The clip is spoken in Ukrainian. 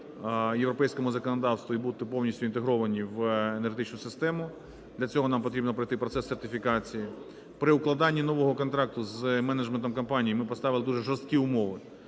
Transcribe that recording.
європейському законодавству і бути повністю інтегровані в енергетичну систему, для цього нам потрібно пройти процес сертифікації. При укладання нового контракту з менеджментом компанії ми поставили дуже жорсткі умови